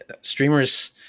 streamers